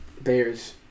Bears